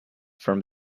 from